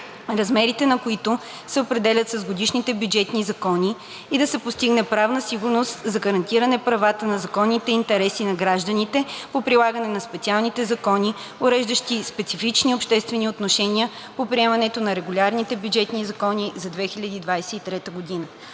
размерите на които се определят с годишните бюджетни закони, и да се постигне правна сигурност за гарантиране правата и законните интереси на гражданите по прилагане на специалните закони, уреждащи специфични обществени отношения по приемането на регулярните бюджетни закони за 2023 г.